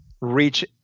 reach